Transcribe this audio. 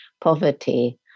poverty